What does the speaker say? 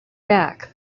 back